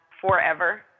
forever